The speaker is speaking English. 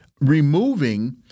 removing